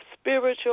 spiritual